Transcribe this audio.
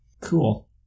Cool